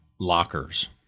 lockers